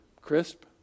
crisp